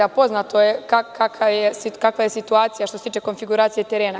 Poznato je kakva je situacija, što se tiče konfiguracije terena.